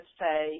say